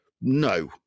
no